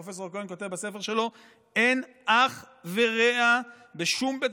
פרופ' כהן כותב בספר שלו: אין אח ורע בשום בית